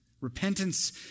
Repentance